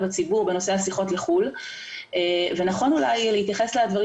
הציבור בנושא השיחות לחו"ל ונכון אולי להתייחס לדברים